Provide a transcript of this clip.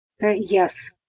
Yes